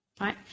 Right